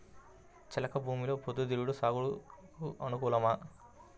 చెలక భూమిలో పొద్దు తిరుగుడు సాగుకు అనుకూలమా?